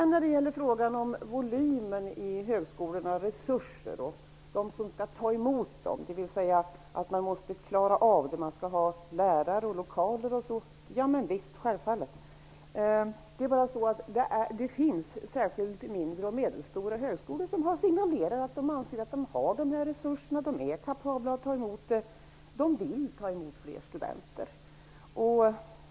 När det gäller volymen i högskolorna och resurserna att ta emot eleverna, dvs. lärare, lokaler osv., är det självfallet så att man måste klara av det. Men det finns skolor, särskilt mindre och medelstora högskolor, som signalerar att de anser att de har dessa resurser, att de är kapabla att ta emot fler studenter och också vill det.